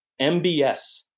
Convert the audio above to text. MBS